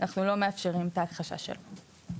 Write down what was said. אנחנו לא מאפשרים את ההכחשה שלו.